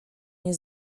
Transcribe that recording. nie